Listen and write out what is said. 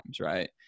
Right